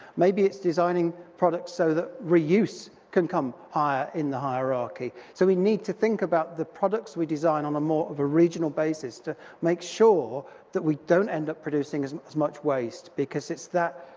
maybe it's designing products so that reuse can come higher in the hierarchy, so we need to think about the products we design on a more of a regional basis to make sure that we don't end up producing as as much waste because it's that